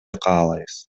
каалайбыз